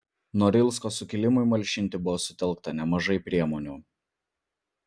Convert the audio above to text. norilsko sukilimui malšinti buvo sutelkta nemažai priemonių